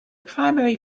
primary